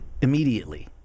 immediately